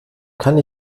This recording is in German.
kann